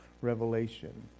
Revelation